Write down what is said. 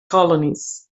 colonies